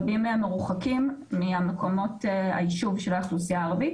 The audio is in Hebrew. רבים מהם מרוחקים ממקומות היישוב של האוכלוסייה הערבית,